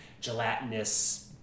gelatinous